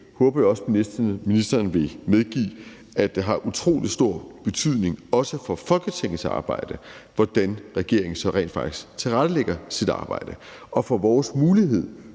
jeg næsten også, at ministeren vil medgive, at det har stor utrolig stor betydning også for Folketingets arbejde, hvordan regeringen så rent faktisk tilrettelægger sit arbejde og for vores mulighed